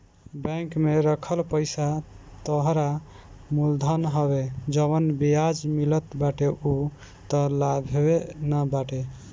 bank में रखल पईसा तोहरा मूल धन हवे जवन बियाज मिलत बाटे उ तअ लाभवे न बाटे